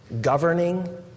governing